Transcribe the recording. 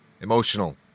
Emotional